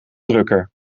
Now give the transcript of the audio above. drukker